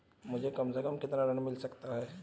मुझे कम से कम कितना ऋण मिल सकता है?